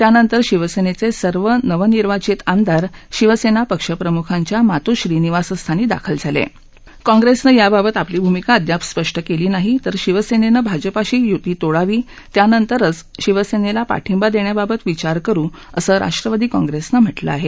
त्यानंतर शिवसर्स्क्रिय नवनिर्वाचित आमदार शिवसत्ती पक्षप्रमुखांच्या मातोश्री या निवासस्थानी दाखल झाल काँग्रस्तां याबाबत आपली भूमिका अद्याप स्पष्ट क्वी नाही तर शिवसर्स्तांभाजपाशी युती तोडावी त्यानंतरचं शिवसर्स्की पाठिंवा दर्जाबाबत विचार करु असं राष्ट्रवादी काँप्रस्तिमं म्हटलं आह